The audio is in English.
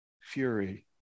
fury